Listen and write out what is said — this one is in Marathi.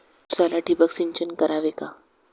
उसाला ठिबक सिंचन करावे का?